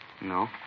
No